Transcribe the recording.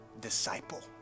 disciple